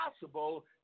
possible